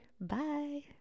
Bye